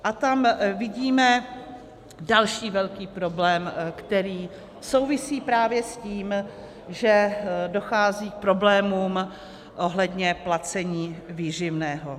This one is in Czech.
A tam vidíme další velký problém, který souvisí právě s tím, že dochází k problémům ohledně placení výživného.